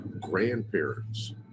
grandparents